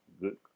good